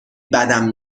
بدم